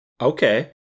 Okay